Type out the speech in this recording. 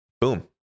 boom